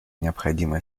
необходимое